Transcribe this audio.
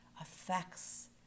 affects